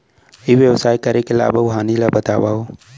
ई व्यवसाय करे के लाभ अऊ हानि ला बतावव?